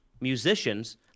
musicians